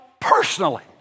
personally